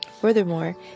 Furthermore